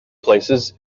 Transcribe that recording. places